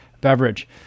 beverage